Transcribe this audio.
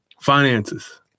Finances